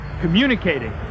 communicating